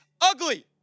ugly